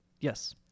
Yes